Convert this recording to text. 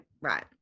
right